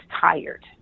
tired